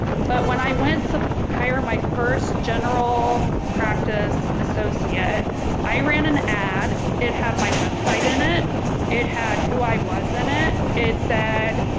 but when i went to hire my first general practice associate i ran an ad it had my website in it it had who i was in it it said